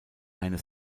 eine